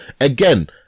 again